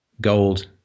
gold